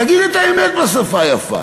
תגיד את האמת בשפה יפה.